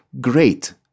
Great